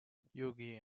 yogi